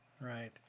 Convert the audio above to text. Right